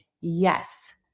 yes